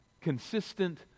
consistent